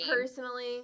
personally